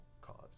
cause